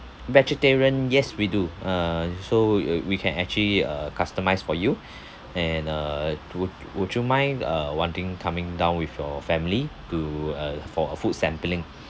vegetarian yes we do uh so uh we can actually uh customise for you and uh to would would you mind uh one thing coming down with your family to uh for a food sampling